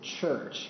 church